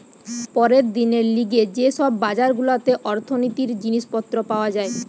পরের দিনের লিগে যে সব বাজার গুলাতে অর্থনীতির জিনিস পত্র পাওয়া যায়